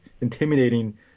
intimidating